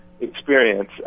experience